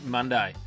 Monday